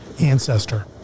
ancestor